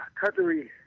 cutlery